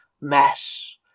Mass